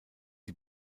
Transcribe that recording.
die